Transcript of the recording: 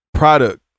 product